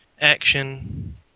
action